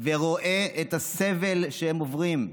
ורואה את הסבל שהם עוברים.